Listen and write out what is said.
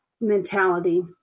mentality